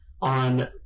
on